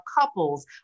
couples